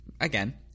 again